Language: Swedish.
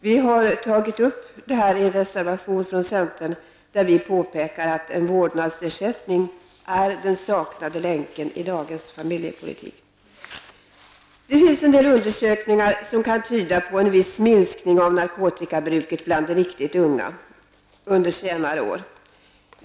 Vi har tagit upp detta i en reservation från centern där vi påpekar att en vårdnadsersättning är den saknade länken i dagens familjepolitik. Det finns en del undersökningar som kan tyda på en viss minskning av narkotikabruket bland de riktigt unga under senare år.